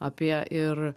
apie ir